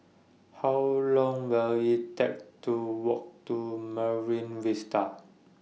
How Long Will IT Take to Walk to Marine Vista